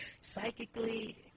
psychically